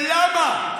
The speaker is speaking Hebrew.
אין בחוק, ולמה?